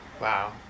wow